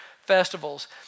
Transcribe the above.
festivals